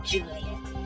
Juliet